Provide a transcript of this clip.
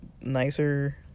nicer